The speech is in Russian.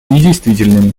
недействительными